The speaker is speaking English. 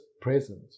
present